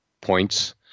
points